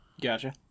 Gotcha